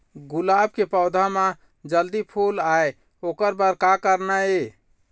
गुलाब के पौधा म जल्दी फूल आय ओकर बर का करना ये?